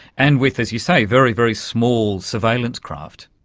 and with, as you say, very, very small surveillance craft.